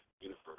Universe